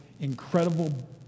incredible